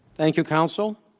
thank you counsel